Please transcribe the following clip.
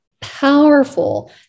powerful